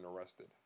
arrested